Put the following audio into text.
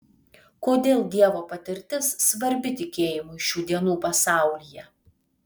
kodėl dievo patirtis svarbi tikėjimui šių dienų pasaulyje